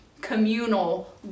Communal